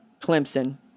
Clemson